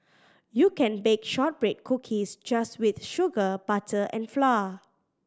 you can bake shortbread cookies just with sugar butter and flour